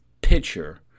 pitcher